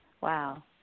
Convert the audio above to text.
wow